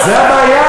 אז זו הבעיה,